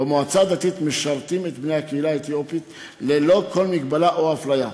במועצה הדתית משרתים את בני הקהילה האתיופית ללא כל מגבלה או אפליה,